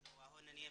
אמר,